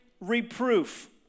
Reproof